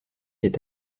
est